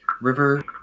river